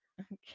Okay